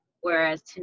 whereas